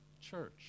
church